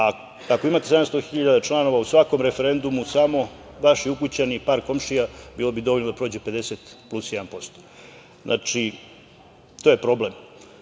a ako imate 700.000 članova, u svakom referendumu, samo vaši ukućani, par komšija, bilo bi dovoljno da prođe 50% plus jedan. Znači, to je problem.S